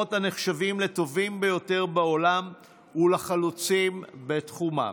מקומות הנחשבים לטובים ביותר בעולם ולחלוצים בתחומם.